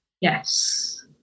Yes